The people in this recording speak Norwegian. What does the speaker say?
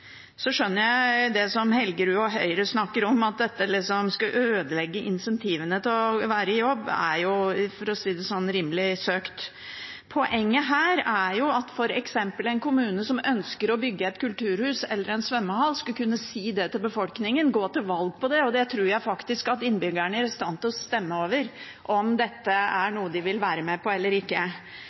Det som Helgerud og Høyre snakker om, at dette liksom skulle ødelegge incentivene til å være i jobb, er rimelig søkt, for å si det sånn. Poenget her er at f.eks. en kommune som ønsker å bygge et kulturhus eller en svømmehall, skal kunne si det til befolkningen, man skal kunne gå til valg på det. Jeg tror faktisk at innbyggerne er i stand til å stemme over om dette er noe de vil være med på eller ikke.